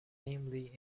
namely